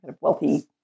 wealthy